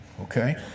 Okay